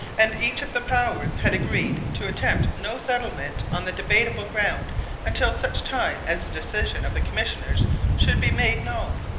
and each of the powers had agreed to attempt no settlement on the debatable ground until such time as the decision of the commissioners should be made known.